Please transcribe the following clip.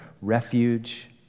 refuge